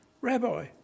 Rabbi